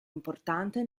importante